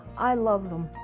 i love them.